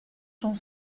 sont